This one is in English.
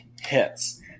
hits